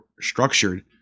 structured